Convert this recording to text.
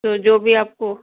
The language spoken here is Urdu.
تو جو بھی آپ کو